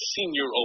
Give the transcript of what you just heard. Senior